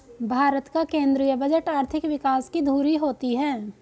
भारत का केंद्रीय बजट आर्थिक विकास की धूरी होती है